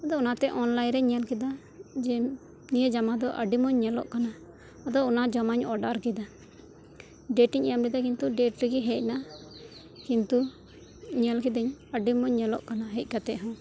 ᱟᱫᱚ ᱚᱱᱟᱛᱮ ᱚᱱᱞᱟᱭᱤᱱ ᱨᱤᱧ ᱧᱮᱞ ᱠᱮᱫᱟ ᱡᱮ ᱱᱤᱭᱟᱹ ᱡᱟᱢᱟ ᱫᱚ ᱟᱹᱰᱤ ᱢᱚᱸᱡᱽ ᱧᱮᱞᱚᱜ ᱠᱟᱱᱟ ᱟᱫᱚ ᱚᱱᱟ ᱡᱟᱢᱟᱧ ᱚᱰᱟᱨ ᱠᱮᱫᱟ ᱰᱮᱴᱤᱧ ᱮᱢ ᱞᱮᱫᱟ ᱠᱤᱱᱛᱩ ᱰᱮᱴ ᱨᱮᱜᱮ ᱦᱮᱡ ᱮᱱᱟ ᱠᱤᱱᱛᱩ ᱧᱮᱞ ᱠᱤᱫᱟᱹᱧ ᱟᱹᱰᱤ ᱢᱚᱸᱡᱽ ᱧᱮᱞᱚᱜ ᱠᱟᱱᱟ ᱦᱮᱡ ᱠᱟᱛᱮᱫ ᱦᱚᱸ